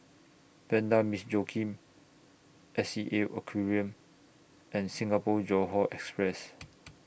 Vanda Miss Joaquim S E A Aquarium and Singapore Johore Express